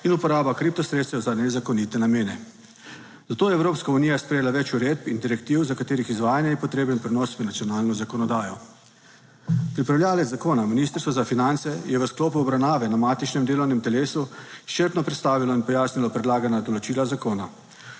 in uporaba kripto sredstev za nezakonite namene. Zato je Evropska unija sprejela več uredb in direktiv, za katerih izvajanje je potreben prenos v nacionalno zakonodajo. **5. TRAK (VI) 9.20** (Nadaljevanje) Pripravljavec zakona Ministrstvo za finance je v sklopu obravnave na matičnem delovnem telesu izčrpno predstavilo in pojasnilo predlagana določila zakona.